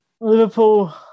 Liverpool